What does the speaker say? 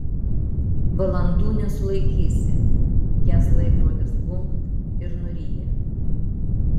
valandų nesulaikysi jas laikrodis gunkt ir nuryja